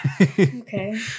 Okay